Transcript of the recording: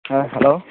hi hello